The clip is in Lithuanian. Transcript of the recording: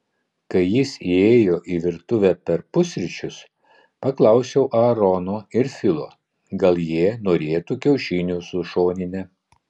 kai jis įėjo į virtuvę per pusryčius paklausiau aarono ir filo gal jie norėtų kiaušinių su šonine